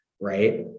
right